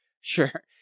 Sure